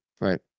right